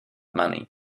money